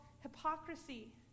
hypocrisy